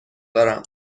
دارم